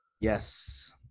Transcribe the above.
Yes